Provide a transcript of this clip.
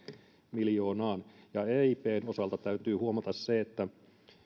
miljoonaan eipn osalta täytyy huomata se että